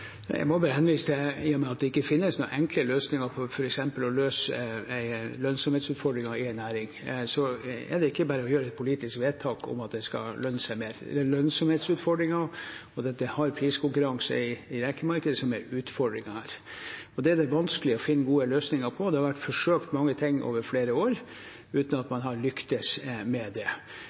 Jeg må bare henvise til at i og med at det ikke finnes noen enkle løsninger på f.eks. å løse lønnsomhetsutfordringen i en næring, er det ikke bare å gjøre et politisk vedtak om at det skal lønne seg mer. Det er lønnsomhetsutfordringer, og det er hard priskonkurranse i rekemarkedet som er utfordringen her. Det er det vanskelig å finne gode løsninger på. Det har vært forsøkt mange ting over flere år uten at man har lyktes med det. Utover det opplever jeg for så vidt at det